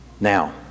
Now